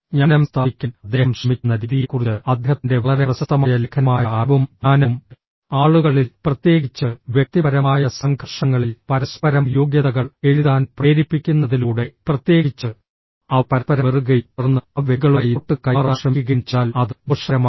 ജ്ഞാനം സ്ഥാപിക്കാൻ അദ്ദേഹം ശ്രമിക്കുന്ന രീതിയെക്കുറിച്ച് അദ്ദേഹത്തിന്റെ വളരെ പ്രശസ്തമായ ലേഖനമായ അറിവും ജ്ഞാനവും ആളുകളിൽ പ്രത്യേകിച്ച് വ്യക്തിപരമായ സംഘർഷങ്ങളിൽ പരസ്പരം യോഗ്യതകൾ എഴുതാൻ പ്രേരിപ്പിക്കുന്നതിലൂടെ പ്രത്യേകിച്ച് അവർ പരസ്പരം വെറുക്കുകയും തുടർന്ന് ആ വ്യക്തികളുമായി നോട്ടുകൾ കൈമാറാൻ ശ്രമിക്കുകയും ചെയ്താൽ അത് ദോഷകരമാണ്